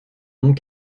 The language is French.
monts